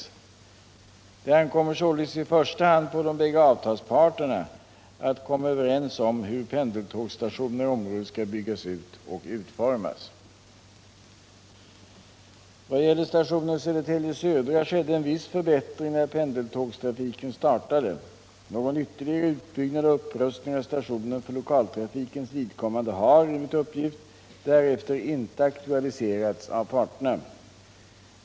Det ankommer således i första hand på de bägge avtalsparterna att komma överens om hur pendeltågsstationerna i området skall byggas ut och utformas. Vad gäller stationen Södertälje Södra skedde en viss förbättring när pendeltågstrafiken startade. Någon ytterligare utbyggnad och upprustning av stationen för lokaltrafikens vidkommande har, enligt uppgift, därefter inte aktualiserats av parterna.